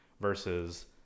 versus